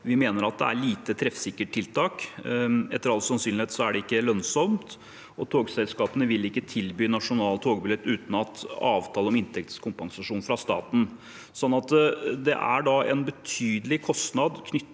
vi mener at det er et lite treffsikkert tiltak. Etter all sannsynlighet er det ikke lønnsomt, og togselskapene vil ikke tilby nasjonal togbillett uten avtale om inntektskompensasjon fra staten. Det er en betydelig kostnad knyttet